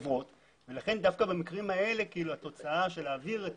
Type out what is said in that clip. לכן, דווקא במקרים האלה, התוצאה של להעביר את